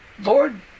Lord